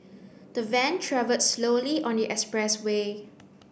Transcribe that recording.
the van travelled slowly on the expressway